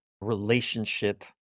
relationship